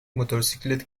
موتورسیکلت